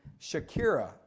Shakira